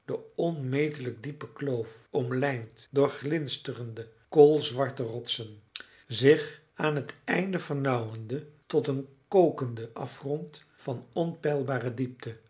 de onmetelijk diepe kloof omlijnd door glinsterende koolzwarte rotsen zich aan het einde vernauwende tot een kokenden afgrond van onpeilbare diepte